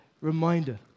reminder